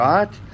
Right